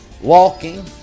Walking